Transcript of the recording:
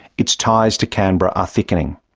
its ties to canberra are thickening.